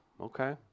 Okay